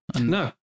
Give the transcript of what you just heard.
No